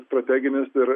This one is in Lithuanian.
strateginis ir